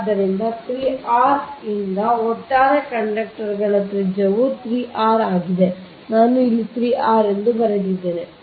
ಆದ್ದರಿಂದ 3 r ಆದ್ದರಿಂದ ಒಟ್ಟಾರೆ ಕಂಡಕ್ಟರ್ ತ್ರಿಜ್ಯವು 3r ಆಗಿದೆ ನಾನು ಇಲ್ಲಿ 3r ಎಂದು ಬರೆದಿದ್ದೇನೆ